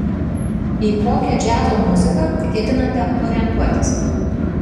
į kokią džiazo muziką ketinate orientuotis